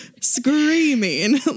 screaming